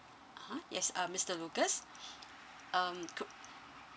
(uh huh) yes uh mister lucas um could